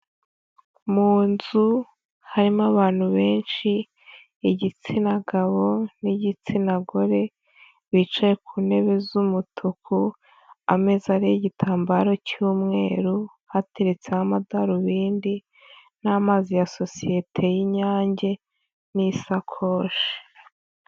Mu nzu harimo abantu benshi, igitsina gabo n'igitsina gore, bicaye ku ntebe z'umutuku, ameza ariho igitambaro cy'umweru, hateretseho amadarubindi, n'amazi ya sosiyete y'inyange, n'isakoshi.